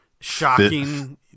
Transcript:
Shocking